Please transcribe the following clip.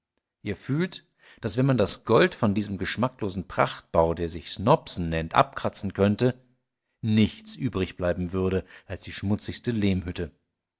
ihr fühlt daß wenn man das gold von diesem geschmacklosen prachtbau der sich snobson nennt abkratzen könnte nichts übrigbleiben würde als die schmutzigste lehmhütte